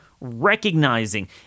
recognizing